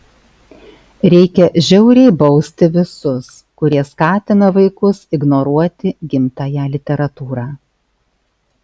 reikia žiauriai bausti visus kurie skatina vaikus ignoruoti gimtąją literatūrą